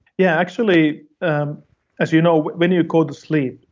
yeah, actually as you know, when you go to sleep,